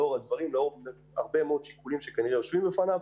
לאור שיקולים נוספים,